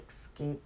escape